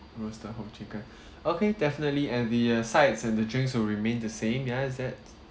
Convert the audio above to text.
roasted whole chicken okay definitely and the uh sides and the drinks will remain the same ya is that